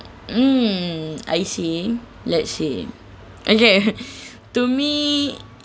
mm I see let see okay to me